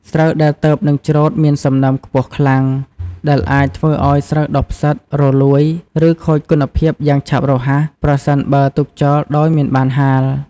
ស្រូវដែលទើបនឹងច្រូតមានសំណើមខ្ពស់ខ្លាំង ដែលអាចធ្វើឲ្យស្រូវដុះផ្សិត រលួយ ឬខូចគុណភាពយ៉ាងឆាប់រហ័ស ប្រសិនបើទុកចោលដោយមិនហាល។